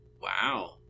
Wow